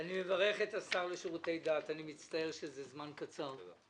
אני מצטער שזה לזמן קצר.